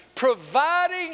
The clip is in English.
Providing